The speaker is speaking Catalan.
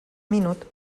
minut